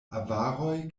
avaroj